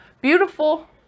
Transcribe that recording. beautiful